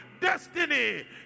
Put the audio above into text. destiny